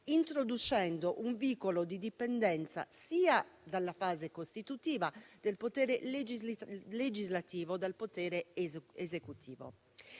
introducendo un vincolo di dipendenza, sin dalla fase costitutiva, del potere legislativo dal potere esecutivo.